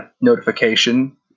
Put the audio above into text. notification